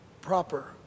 proper